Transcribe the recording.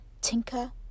Tinker